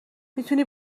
میتونی